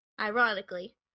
Ironically